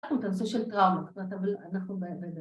אנחנו בסוג של טראומה, אנחנו באמת